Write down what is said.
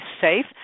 safe